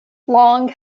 long